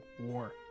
War